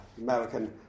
American